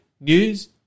news